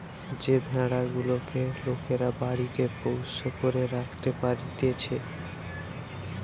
যে ভেড়া গুলেক লোকরা বাড়িতে পোষ্য করে রাখতে পারতিছে